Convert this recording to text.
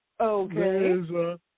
Okay